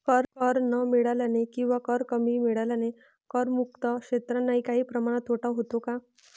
कर न मिळाल्याने किंवा कर कमी मिळाल्याने करमुक्त क्षेत्रांनाही काही प्रमाणात तोटा होतो का?